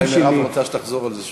אולי מירב רוצה שתחזור על זה שוב.